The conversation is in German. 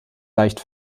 leicht